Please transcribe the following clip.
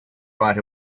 right